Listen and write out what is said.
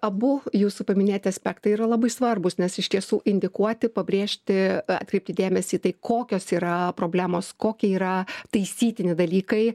abu jūsų paminėti aspektai yra labai svarbūs nes iš tiesų indikuoti pabrėžti atkreipti dėmesį į tai kokios yra problemos kokie yra taisytini dalykai